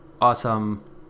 awesome